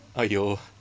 !aiyo!